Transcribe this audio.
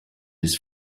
his